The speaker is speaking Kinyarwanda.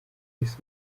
wese